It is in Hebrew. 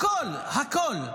הכול, הכול.